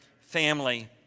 family